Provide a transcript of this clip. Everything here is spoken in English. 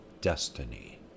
destiny